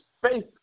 faith